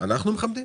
אנחנו מכבדים.